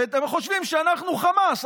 ואתם חושבים שאנחנו חמאס,